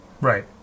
Right